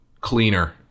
cleaner